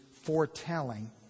foretelling